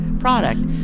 product